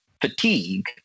fatigue